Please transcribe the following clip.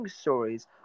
stories